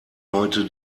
heute